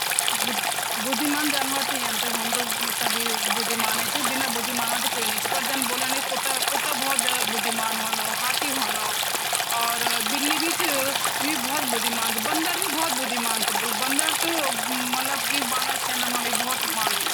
बिल्ली जु ची वो अपह प्यार मालिके ही दिखांदी जन वे का चारो तरफ से चिपक चिपक के वे पर चिपक चिपक के घुमड़ि रेंधी और वो छू छू अपना म्याऊ म्याऊ करती रेढ प्यार माँ करती रेंध की में ते दिखो भई फिर जाके वेकी गोधी माँ बैठी जांदी |